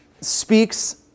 speaks